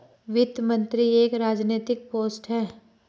वित्त मंत्री एक राजनैतिक पोस्ट है